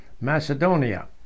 Macedonia